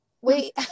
Wait